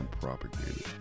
propagated